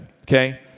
Okay